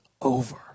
over